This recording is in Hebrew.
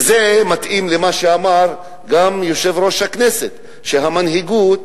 וזה מתאים למה שאמר גם יושב-ראש הכנסת, שהמנהיגות